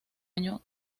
aquel